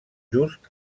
just